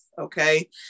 Okay